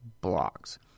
blocks